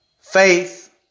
Faith